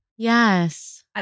Yes